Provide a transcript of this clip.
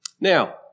Now